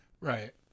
right